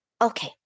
Okay